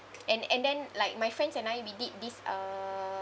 and and then like my friends and I we did this uh